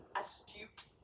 astute